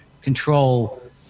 control